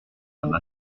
femme